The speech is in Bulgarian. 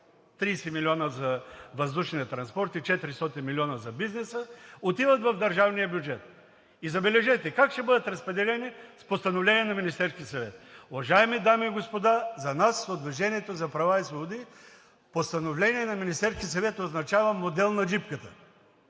30 милиона за въздушния транспорт и 400 милиона за бизнеса, отиват в държавния бюджет. И, забележете, как ще бъдат разпределени – с постановление на Министерския съвет! Уважаеми дами и господа, за нас от „Движение за права и свободи“ постановление на Министерския съвет означава модел на джипката